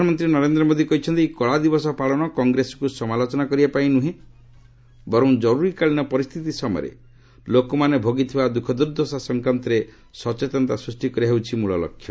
ପ୍ରଧାନମନ୍ତ୍ରୀ ନରେନ୍ଦ୍ର ମୋଦି କହିଛନ୍ତି ଏହି କଳା ଦିବସ ପାଳନ କଂଗ୍ରେସକୁ ସମାଲୋଚନା କରିବା ପାଇଁ ନ୍ରହେଁ ବରଂ କର୍ତ୍ରରିକାଳୀନ ପରିସ୍ଥିତି ସମୟରେ ଲୋକମାନେ ଭୋଗିଥିବା ଦ୍ୟୁଖଦୂର୍ଦ୍ଦଶା ସଂକ୍ରାନ୍ତରେ ସଚେତନତା ସୃଷ୍ଟି କରିବା ହେଉଛି ମୂଳ ଲକ୍ଷ୍ୟ